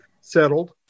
settled